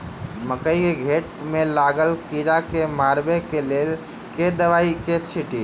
मकई केँ घेँट मे लागल कीड़ा केँ मारबाक लेल केँ दवाई केँ छीटि?